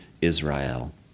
Israel